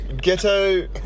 ghetto